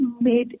made